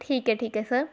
ਠੀਕ ਹੈ ਠੀਕ ਹੈ ਸਰ